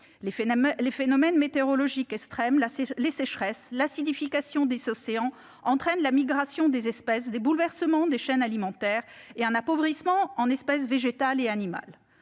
les phénomènes météorologiques extrêmes, les sécheresses, l'acidification des océans entraînent la migration des espèces, des bouleversements des chaînes alimentaires et un appauvrissement en espèces végétales et animales.